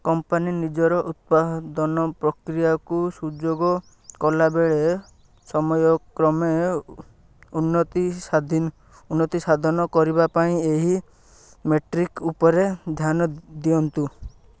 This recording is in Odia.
କମ୍ପାନୀ ନିଜର ଉତ୍ପାଦନ ପ୍ରକ୍ରିୟାକୁ ସୁଯୋଗ କଲାବେଳେ ସମୟକ୍ରମେ ଉନ୍ନତି ସାଧନ କରିବାପାଇଁ ଏହି ମେଟ୍ରିକ୍ ଉପରେ ଧ୍ୟାନ ଦିଅନ୍ତୁ